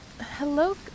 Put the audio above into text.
hello